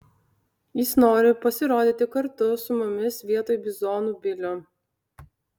jis nori pasirodyti kartu su mumis vietoj bizonų bilio